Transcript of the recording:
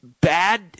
bad